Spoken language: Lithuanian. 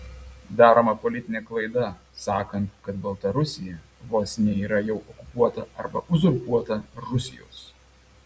daroma politinė klaida sakant kad baltarusija vos ne yra jau okupuota arba uzurpuota rusijos